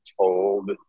told